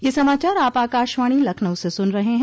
ब्रे क यह समाचार आप आकाशवाणी लखनऊ से सुन रहे हैं